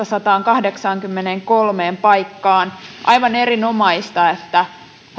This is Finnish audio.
sataankahdeksaankymmeneenkolmeen paikkaan aivan erinomaista että